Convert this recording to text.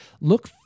Look